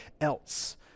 else